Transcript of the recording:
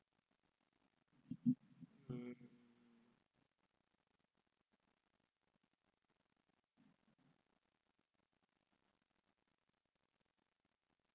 mm